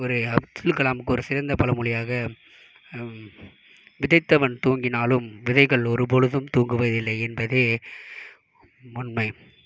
ஒரு அப்துல் கலாமுக்கு ஒரு சிறந்த பழமொழியாக விதைத்தவன் தூங்கினாலும் விதைகள் ஒருபொழுதும் தூங்குவதில்லை என்பதே உண்மை